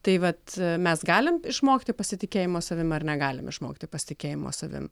tai vat mes galim išmokti pasitikėjimo savim ar negalim išmokti pasitikėjimo savim